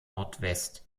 nordwest